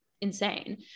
Insane